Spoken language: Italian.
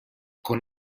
con